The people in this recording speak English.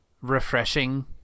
refreshing